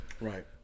Right